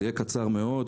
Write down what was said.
זה יהיה קצר מאוד.